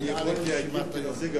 אני יכול להגיב כנציג האופוזיציה?